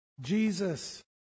Jesus